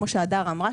כמו שהדר אמרה,